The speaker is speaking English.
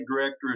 director